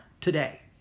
today